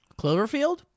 Cloverfield